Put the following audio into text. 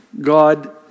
God